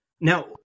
Now